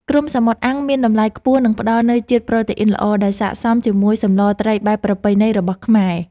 គ្រំសមុទ្រអាំងមានតម្លៃខ្ពស់និងផ្តល់នូវជាតិប្រូតេអ៊ីនល្អដែលស័ក្តិសមជាមួយសម្លត្រីបែបប្រពៃណីរបស់ខ្មែរ។